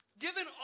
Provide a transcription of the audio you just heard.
given